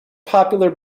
popular